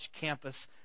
campus